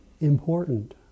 important